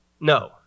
No